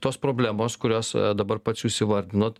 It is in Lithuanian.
tos problemos kurias dabar pats jūs įvardinot